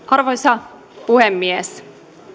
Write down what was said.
arvoisa puhemies